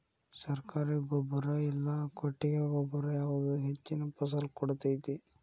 ಸರ್ಕಾರಿ ಗೊಬ್ಬರ ಇಲ್ಲಾ ಕೊಟ್ಟಿಗೆ ಗೊಬ್ಬರ ಯಾವುದು ಹೆಚ್ಚಿನ ಫಸಲ್ ಕೊಡತೈತಿ?